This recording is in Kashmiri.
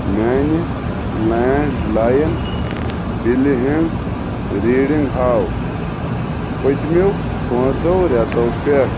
میانہِ لینٛڈ لایِن بِلہِ ہٕنٛز ریڈنگ ہاو پٔتمؠو پانٛژو رٮ۪تو پٮ۪ٹھ